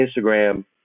Instagram